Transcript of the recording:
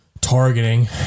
targeting